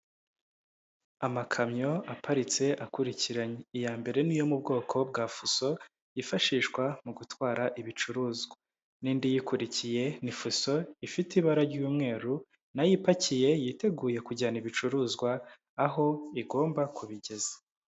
Amakamyo aparitse akurikiranye iya mbere ni iyo mu bwoko bwa fuso yifashishwa mu gutwara ibicuruzwa, n'indi iyikurikiye ni fuso ifite ibara ry'umweru nayo ipakiye yiteguye kujyana ibicuruzwa aho igomba kubigeza.